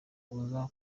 uza